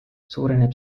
suureneb